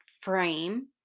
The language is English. frame